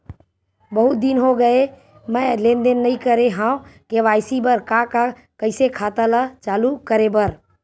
बहुत दिन हो गए मैं लेनदेन नई करे हाव के.वाई.सी बर का का कइसे खाता ला चालू करेबर?